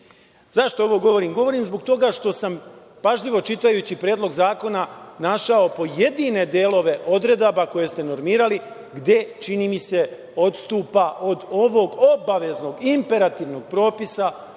Zašto ovo govorim? Govorim zbog toga što sam, pažljivo čitajući Predlog zakona, našao pojedine delove odredaba koje ste normirali gde, čini mi se, odstupa od ovog obaveznog, imperativnog propisa,